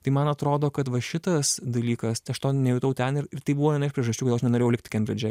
tai man atrodo kad va šitas dalykas tai aš to nejutau ten ir ir tai buvo priežasčių kodėl aš nenorėjau likti kembridže